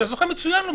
כי הזוכה זה מצוין לו.